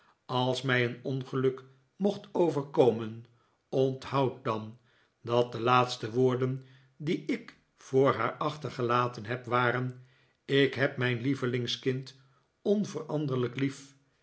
als mij een ongeluk mocht overkomen onthoud dan dat de laatste woorden die ik voor haar achtergelaten heb waren ik heb mijn lievelingskind onveranderlijk lief